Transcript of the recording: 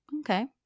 okay